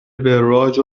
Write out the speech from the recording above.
وراج